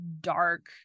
dark